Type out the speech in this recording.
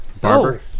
barber